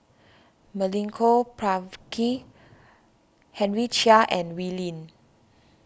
Milenko Prvacki Henry Chia and Wee Lin